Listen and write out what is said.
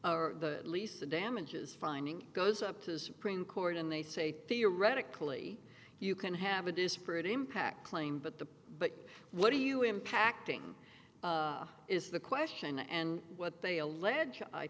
finding the least the damages finding goes up to supreme court and they say theoretically you can have a disparate impact claim but the but what do you impacting is the question and what they allege i